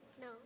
No